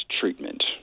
treatment